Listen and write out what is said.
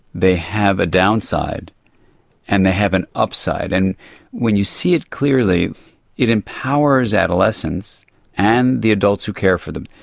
they have a downside and they have an upside. and when you see it clearly it empowers adolescents and the adults who care for them,